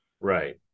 Right